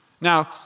Now